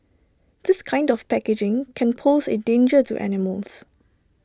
this kind of packaging can pose A danger to animals